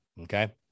okay